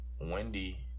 Wendy